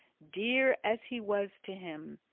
dear as he was to him,